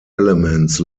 elements